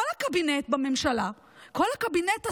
כל הקבינט בממשלה, כל הקבינט הסודי,